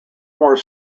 more